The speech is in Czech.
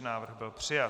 Návrh byl přijat.